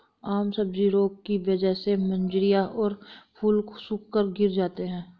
आम सब्जी रोग की वजह से मंजरियां और फूल सूखकर गिर जाते हैं